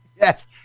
Yes